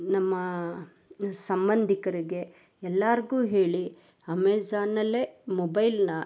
ನಮ್ಮ ಸಂಬಂಧಿಕರಿಗೆ ಎಲ್ಲರಿಗೂ ಹೇಳಿ ಅಮೆಝಾನಲ್ಲೇ ಮೊಬೈಲನ್ನು